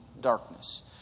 darkness